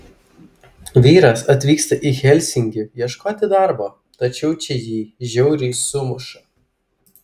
vyras atvyksta į helsinkį ieškoti darbo tačiau čia jį žiauriai sumuša